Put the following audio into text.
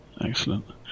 Excellent